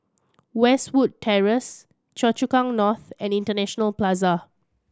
Westwood Terrace Choa Chu Kang North and International Plaza